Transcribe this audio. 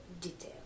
detail